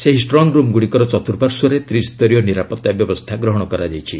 ସେହି ଷ୍ଟ୍ରଙ୍ଗରୁମ୍ଗୁଡ଼ିକର ଚତ୍ରୁଃପାର୍ଶ୍ୱରେ ତ୍ରିସ୍ତରୀୟ ନିରାପତ୍ତା ବ୍ୟବସ୍ଥା ଗ୍ରହଣ କରାଯାଇଛି